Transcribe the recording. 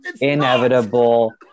inevitable